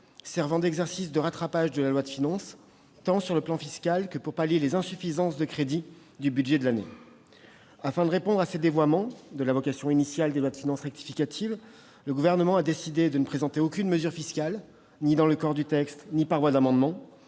servant d'exercice de rattrapage de la loi de finances, tant sur le plan fiscal que pour pallier les insuffisances de crédits du budget de l'année. Afin de répondre à ces dévoiements de la vocation initiale des lois de finances rectificatives, le Gouvernement a décidé de ne présenter aucune mesure fiscale, ni dans le corps du texte ni par voie d'amendements.